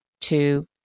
two